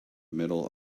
middle